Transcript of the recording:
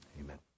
Amen